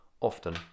often